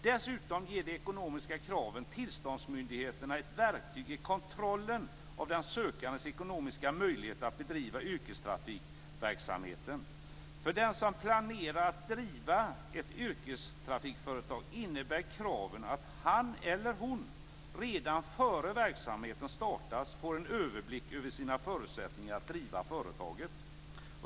Dessutom ger de ekonomiska kraven tillståndsmyndigheterna ett verktyg i kontrollen av den sökandes ekonomiska möjligheter att bedriva yrkestrafikverksamhet. För den som planerar att driva ett yrkestrafikföretag innebär kraven att han eller hon redan innan verksamheten startas får en överblick över sina förutsättningar att driva företaget.